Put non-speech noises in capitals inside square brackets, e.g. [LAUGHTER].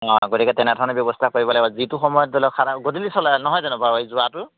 অঁ গতিকে তেনেধৰণে ব্যৱস্থা কৰিব লাগিব যিটো সময়ত ধৰি লওক [UNINTELLIGIBLE] গধূলি চলাই নহয় জানো বাৰু জুৱাটো